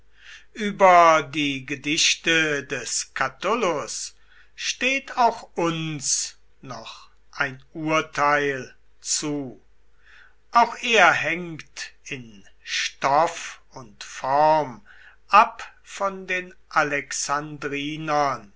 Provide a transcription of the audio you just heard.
über die gedichte des catullus steht auch uns noch ein urteil zu auch er hängt in stoff und form ab von den